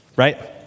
Right